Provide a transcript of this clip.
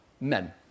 men